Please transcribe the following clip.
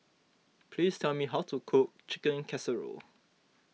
please tell me how to cook Chicken Casserole